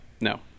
no